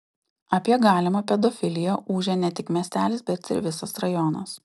apie galimą pedofiliją ūžė ne tik miestelis bet ir visas rajonas